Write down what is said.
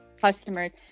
customers